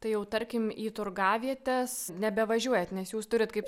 tai jau tarkim į turgavietes nebevažiuojat nes jūs turit kaip